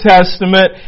Testament